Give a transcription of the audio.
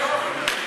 וקארין